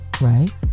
right